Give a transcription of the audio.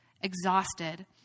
exhausted